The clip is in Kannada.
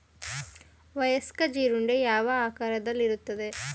ವಯಸ್ಕ ಜೀರುಂಡೆ ಯಾವ ಆಕಾರದಲ್ಲಿರುತ್ತದೆ?